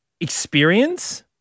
experience